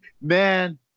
Man